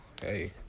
Hey